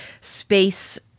space